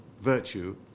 virtue